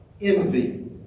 Envy